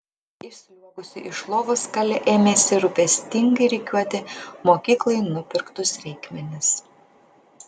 išsliuogusi iš lovos kali ėmėsi rūpestingai rikiuoti mokyklai nupirktus reikmenis